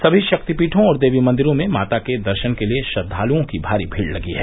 सभी शक्तिपीठों और देवी मंदिरों में माता के दर्शन के लिये श्रद्वालुओं की भारी भीड़ लगी है